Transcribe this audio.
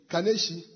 Kaneshi